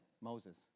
Moses